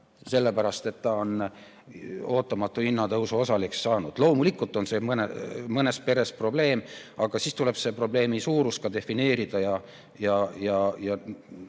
sellepärast et ta on ootamatu hinnatõusu osaliseks saanud. Loomulikult on see mõnes peres probleem, aga siis tuleb see probleemi suurus ka defineerida ja